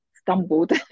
stumbled